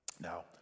Now